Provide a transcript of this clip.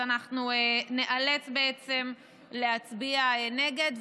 אנחנו ניאלץ בעצם להצביע נגד.